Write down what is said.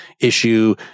issue